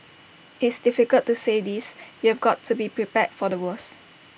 it's difficult to say this you've got to be prepared for the worst